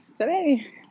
today